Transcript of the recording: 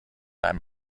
einem